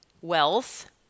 Wealth